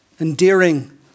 endearing